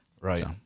Right